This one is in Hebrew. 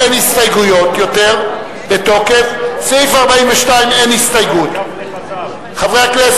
קבוצת חד"ש